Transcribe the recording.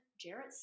Jarrett